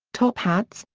top hats,